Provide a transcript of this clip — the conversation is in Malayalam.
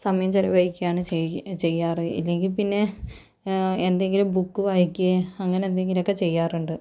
സമയം ചിലവഴിക്കുകയാണ് ചെയ്യുക ചെയ്യാറ് ഇല്ലെങ്കിൽ പിന്നെ എന്തെങ്കിലും ബുക്ക് വായിക്ക്യേ അങ്ങനെ എന്തെങ്കിലും ഒക്കെ ചെയ്യാറുണ്ട്